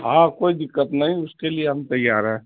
ہاں کوئی دقت نہیں اس کے لیے ہم تیار ہیں